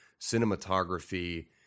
cinematography